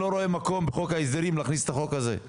אני לא רואה מקום להכניס את החוק הזה בחוק ההסדרים.